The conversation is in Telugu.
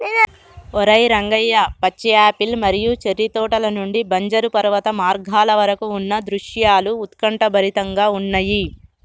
ఓరై రంగయ్య పచ్చి యాపిల్ మరియు చేర్రి తోటల నుండి బంజరు పర్వత మార్గాల వరకు ఉన్న దృశ్యాలు ఉత్కంఠభరితంగా ఉన్నయి